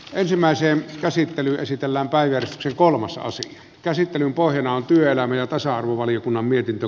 ensimmäiseen käsittelyyn esitellään päiväisesti kolmas aosis käsittelyn pohjana on työelämä ja tasa arvovaliokunnan mietintö